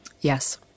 Yes